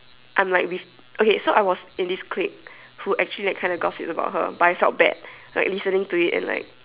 I'm like with okay so I was in this clique so actually like kind of gossips about her but I felt bad like listening to it and like